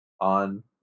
on